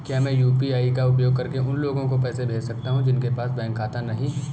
क्या मैं यू.पी.आई का उपयोग करके उन लोगों को पैसे भेज सकता हूँ जिनके पास बैंक खाता नहीं है?